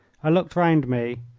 i looked round me,